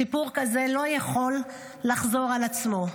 סיפור כזה לא יכול לחזור על עצמו.